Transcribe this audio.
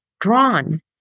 drawn